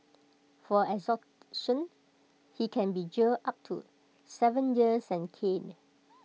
for extortion he can be jailed up to Seven years and caned